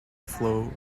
flow